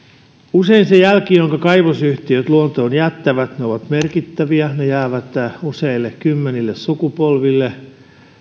usein ne jäljet jotka kaivosyhtiöt luontoon jättävät ovat merkittäviä ne jäävät useille kymmenille sukupolville